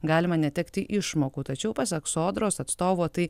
galima netekti išmokų tačiau pasak sodros atstovo tai